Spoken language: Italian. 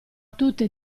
tutte